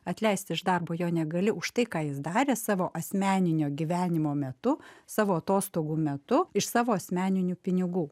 atleist iš darbo jo negali už tai ką jis darė savo asmeninio gyvenimo metu savo atostogų metu iš savo asmeninių pinigų